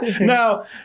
Now